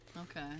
Okay